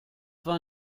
war